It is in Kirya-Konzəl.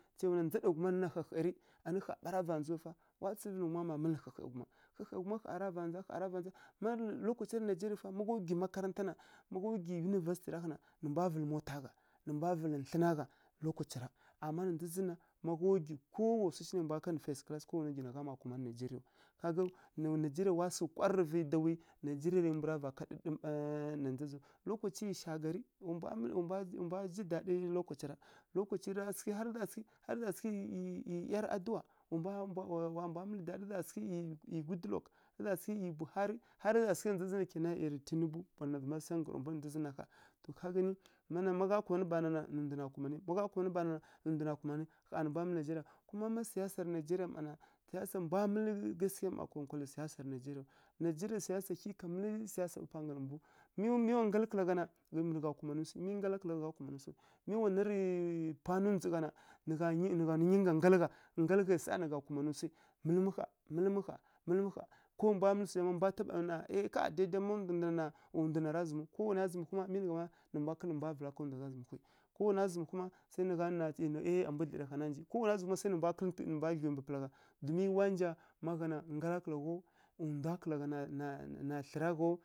To, ndza ɗa ghuma nǝ nina hahai rɨ? Anǝ ƙha ɓa ra va ndzaw fa, wa tsǝrǝvǝ nǝ ghum má mǝlǝ hahai ghuma. Hahai ghuma ƙha ra va ndza, ƙha ra va ndza. Má lokaci nǝ nigeria ƙha, má gha gwi makaranta na, ma gha gwi university raghǝna nǝ mbwa vǝlǝ mota gha, nǝ mbwa vǝlǝ thlǝna gha lokacara. Amma na ndza zǝn na, ma gha gwi ko wa swu shi nai mbwa kanǝ fas kǝlas na, gha mma kumanǝ rǝ nigeriayaw. Ka gani nǝw nigeria wa sǝghǝ kwarǝ vǝ dawui. Nigeria mbu ra va ká ɗǝɗǝm ɓa na ndza zǝn naw. Lokaci nǝ shagari mbwa nǝ mbwa mbwa ji ɗaɗi lokaca ra, lokaci ra har rǝ za sǝghǝ ra za sǝghǝ rǝ ˈyi ˈyi rǝ ˈyar adǝwa sǝghǝ, wa mbwa wa mbwa ˈyi ˈyi good luck tǝ za sǝghǝ rǝ ˈyi buhari har rǝ za sǝghǝ rǝ ˈyi tinibu pana zǝma sa nggǝrowa mbu na ndza zǝn nǝ ƙha. To ka gani. Má nǝ má ghá kumanǝ bana na nǝ ndwana kumanǝ, má gha kumanǝ bana na nǝ ndwa na kumanǝ. Ƙha nǝ mbwa mǝlǝ nigeria, kuma má siyasa rǝ nigeria mma na, siyasa mbwa mǝlǝ gaskiya má konkwala siyasa rǝ nigeria yaw. Nigeria siyasa hyi, ká mǝlǝ siyasa ɓa panga mbu. Mi mi wa nggalǝ kǝla gha na, gwi mbǝ nǝ gha kumanǝ swi, mi nggala kǝla ghaw gha kumanǝw swu. Mi wanarǝ pwa ndzondzǝ gha na, nǝ gha nyi ngga nggalǝ gha. Wa nggalǝ ghai sa nǝ gha kumanǝ swi. Mǝlǝ mǝ ƙha, mǝlǝ mǝ ƙha, mǝlǝ mǝ ƙha, ko wa mbwa mǝlǝ swa zha mma, mbwa taɓa ɗana na, ǝ ƙha dede má ndwa na, ndwa na ra zǝmǝw. Ko wana zǝmǝhwi má nǝ mbwa kǝlǝ nǝ mbwa vǝla ká ndwa gha zǝmǝhwi. Ko wana zǝmǝhu kuma, swa ngga nǝ zǝmǝw ǝ ƙha nǝ zǝmǝw, ko wana zǝmǝhu kuma, swa mbwa tunǝ tǝ mbwa dlǝwi mbǝ pǝla gha domin wa nja má gha na, nggala kǝla ghaw, ndwa kǝla gha na na na thlǝra ghaw.